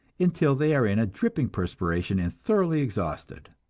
until they are in a dripping perspiration and thoroughly exhausted!